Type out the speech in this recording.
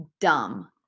dumb